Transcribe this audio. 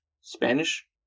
Spanish